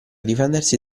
difendersi